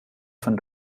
von